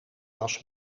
was